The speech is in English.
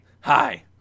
Hi